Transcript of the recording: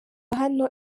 hano